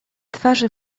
twarze